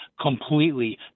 completely